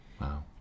Wow